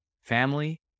Family